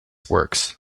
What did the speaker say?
works